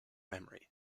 memory